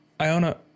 Iona